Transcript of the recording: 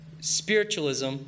spiritualism